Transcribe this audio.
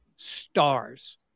stars